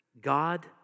God